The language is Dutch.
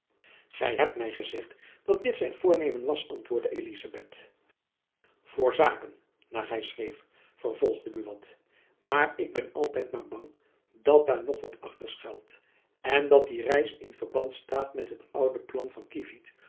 gy hebt my gezegd dat dit zijn voornemen was antwoordde elizabeth voor zaken naar hy schreef vervolgde buat maar ik ben altijd maar bang dat daar nog wat achter schuilt en dat die reis in verband staat met het oude plan van kievit